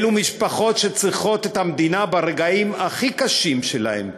אלו משפחות שצריכות את המדינה ברגעים הכי קשים שלהן,